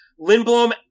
Lindblom